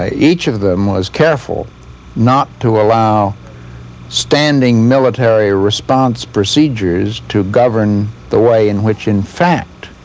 ah each of them was careful not to allow standing military response procedures to govern the way in which, in fact,